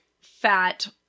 fat